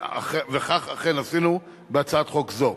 וכך אכן עשינו בהצעת חוק זו.